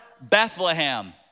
Bethlehem